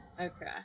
Okay